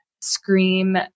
scream